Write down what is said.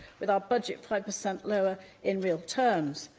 with our budget five per cent lower in real terms.